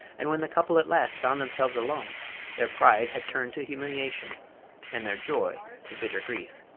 and when the couple at last found themselves alone their pride had turned to humiliation and their joy to bitter grief.